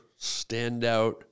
standout